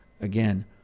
again